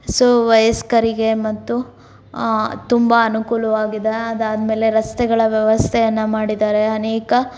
so ವಯಸ್ಕರಿಗೆ ಮತ್ತು ತುಂಬ ಅನುಕೂಲವಾಗಿದೆ ಅದಾದಮೇಲೆ ರಸ್ತೆಗಳ ವ್ಯವಸ್ಥೆಯನ್ನು ಮಾಡಿದ್ದಾರೆ ಅನೇಕ